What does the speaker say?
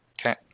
Okay